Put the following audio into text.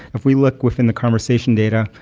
if we look within the conversation data,